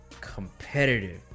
competitive